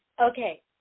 Okay